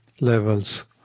levels